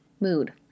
mood